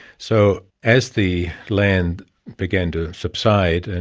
so as the land began to subside, and